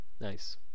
Nice